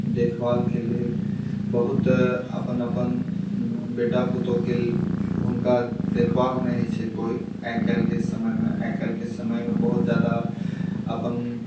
देखभाल कऽ लेल बहुत अपन अपन बेटा पुतहुँके हुनका देखबाक नइ होइ छै कोइ आइ काल्हिके समयमे आइ काल्हिके समयमे बहुत जादा अपन